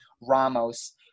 Ramos